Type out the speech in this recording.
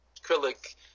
acrylic